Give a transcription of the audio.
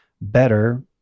better